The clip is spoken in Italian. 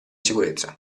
sicurezza